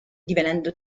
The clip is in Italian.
divenendo